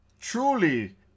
Truly